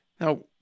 Now